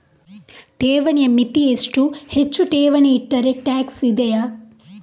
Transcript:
ಠೇವಣಿಯ ಮಿತಿ ಎಷ್ಟು, ಹೆಚ್ಚು ಠೇವಣಿ ಇಟ್ಟರೆ ಟ್ಯಾಕ್ಸ್ ಇದೆಯಾ?